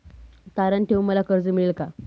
तारण ठेवून मला कर्ज मिळेल का?